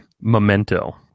Memento